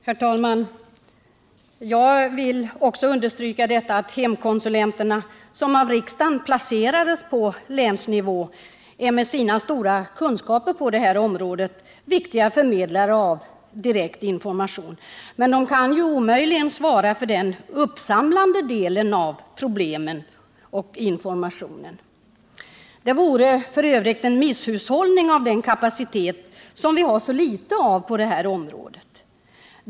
Herr talman! Jag vill också understryka att hemkonsulenterna, som av riksdagen placerades på länsnivå, med sina stora kunskaper på detta område är viktiga förmedlare av direkt information. Men de kan omöjligen svara för den del som gäller uppsamlande av problemen och informationen. Det vore f.ö. en misshushållning med den kapacitet som vi har så litet av på detta område.